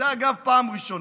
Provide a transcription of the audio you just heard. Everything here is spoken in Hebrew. זה, אגב, פעם ראשונה,